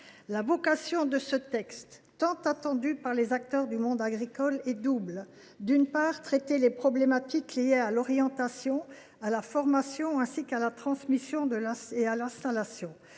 La vocation de ce texte, tant attendu par les acteurs du monde agricole, est double. D’une part, il s’agit de traiter les problématiques liées à l’orientation, à la formation, à la transmission et à l’installation.